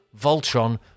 Voltron